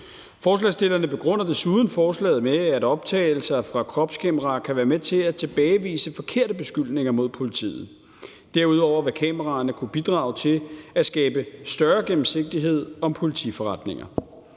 Forslagsstillerne begrunder desuden forslaget med, at optagelser fra kropskameraer kan være med til at tilbagevise forkerte beskyldninger mod politiet. Derudover vil kameraerne kunne bidrage til at skabe større gennemsigtighed om politiforretninger.